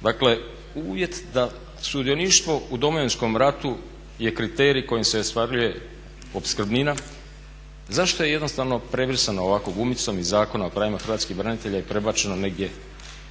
dakle uvjet da sudioništvo u Domovinskom ratu je kriterij kojim se ostvaruje opskrbnina, zašto je jednostavno prebrisana ovako gumicom iz Zakona o pravima hrvatskih branitelja i prebačena negdje